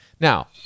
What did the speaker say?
Now